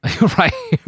Right